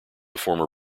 former